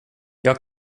jag